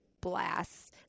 blasts